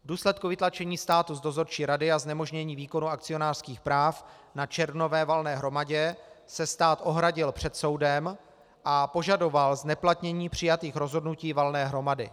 V důsledku vytlačení státu z dozorčí rady a znemožnění výkonu akcionářských práv na červnové valné hromadě se stát ohradil před soudem a požadoval zneplatnění přijatých rozhodnutí valné hromady.